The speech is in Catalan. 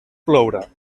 ploure